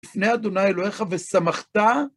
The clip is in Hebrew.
לפני ה' אלוהיך, ושמחת